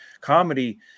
comedy